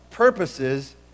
purposes